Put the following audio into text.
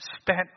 spent